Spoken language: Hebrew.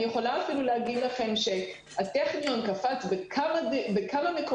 אני יכולה אפילו להגיד לכם שהטכניון קפץ בכמה מקומות